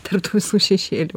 tarp tų visų šešėlių